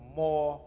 more